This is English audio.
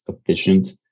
efficient